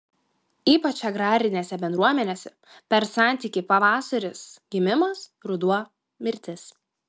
ypač agrarinėse bendruomenėse per santykį pavasaris gimimas ruduo mirtis